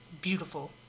Beautiful